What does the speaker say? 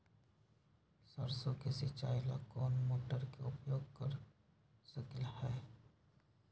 सरसों के सिचाई ला कोंन मोटर के उपयोग कर सकली ह?